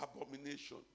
Abomination